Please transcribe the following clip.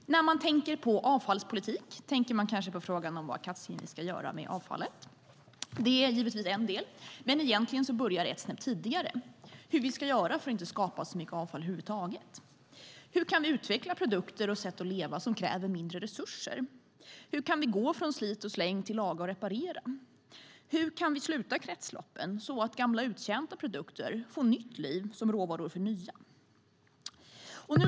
Fru talman! När man tänker på avfallspolitik tänker man kanske på vad katten man ska göra med avfallet. Det är en del, men egentligen börjar det ett snäpp tidigare, nämligen med hur vi ska göra för att inte skapa så mycket avfall över huvud taget. Hur kan vi utveckla produkter och levnadssätt som kräver mindre resurser? Hur kan vi gå från slit och släng till laga och reparera? Hur kan vi sluta kretsloppen så att gamla uttjänta produkter får nytt liv som råvaror för nya?